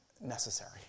necessary